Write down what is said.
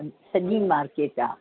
सॼी मार्केट आहे